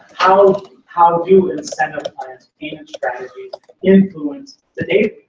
how how do incentivize strategies influence the data?